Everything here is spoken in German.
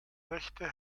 rechte